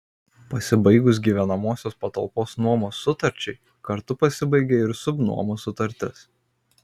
pasibaigus gyvenamosios patalpos nuomos sutarčiai kartu pasibaigia ir subnuomos sutartis